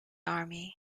army